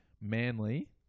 Manly